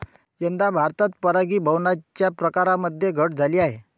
यंदा भारतात परागीभवनाच्या प्रकारांमध्ये घट झाली आहे